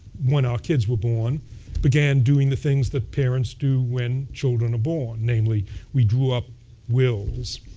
when our kids were born began doing the things that parents do when children are born, namely we drew up wills.